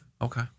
Okay